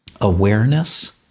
awareness